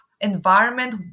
environment